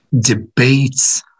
debates